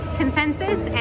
consensus